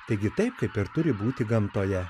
taigi taip kaip ir turi būti gamtoje